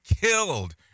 killed